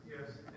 Yes